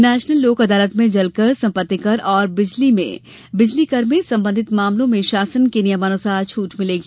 national Lok Adalat में जलकर सम्पतिकर और बिजली से संबंधित मामलों में शासन के नियमानुसार छूट मिलेगी